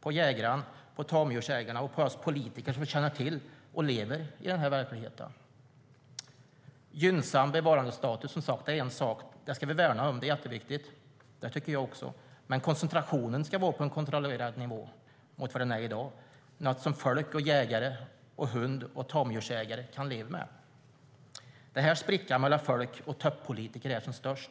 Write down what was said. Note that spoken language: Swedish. på jägarna och på tamdjursägarna - och på oss politiker som känner till och lever i den här verkligheten. En gynnsam bevarandestatus är en sak, och den ska vi värna om. Det är jätteviktigt; det tycker jag också. Men koncentrationen ska vara på en kontrollerad nivå jämfört med i dag, alltså något folk, jägare samt hund och tamdjursägare kan leva med. Det är här sprickan mellan folk och toppolitiker är som störst.